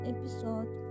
episode